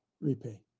repay